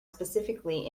specifically